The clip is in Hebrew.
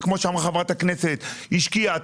וכמו שאמרה חברת הכנסת אורית פרק הכהן הוא השקיע,